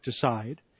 decide